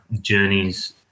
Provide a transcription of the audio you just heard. journeys